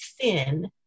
thin